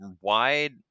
wide